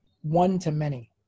one-to-many